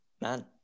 Man